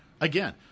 Again